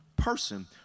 person